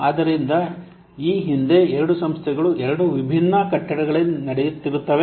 ಆದ್ದರಿಂದ ಈ ಹಿಂದೆ ಎರಡು ಸಂಸ್ಥೆಗಳು ಎರಡು ವಿಭಿನ್ನ ಕಟ್ಟಡಗಳಲ್ಲಿ ನಡೆಯುತ್ತಿರುತ್ತವೆ